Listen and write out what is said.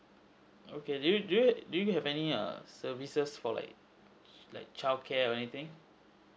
okay do you do you do you have any err services for like like childcare or anything